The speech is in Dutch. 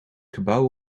gebouw